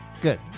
Good